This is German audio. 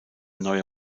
neue